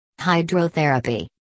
hydrotherapy